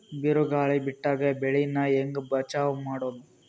ಬಿರುಗಾಳಿ ಬಿಟ್ಟಾಗ ಬೆಳಿ ನಾ ಹೆಂಗ ಬಚಾವ್ ಮಾಡೊದು?